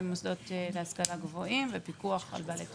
מוסדות להשכלה גבוהה ופיקוח על בעלי תעודות.